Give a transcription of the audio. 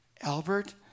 Albert